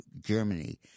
Germany